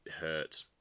hurt